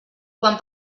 quan